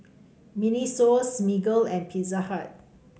Miniso Smiggle and Pizza Hut